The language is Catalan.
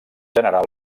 general